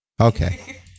Okay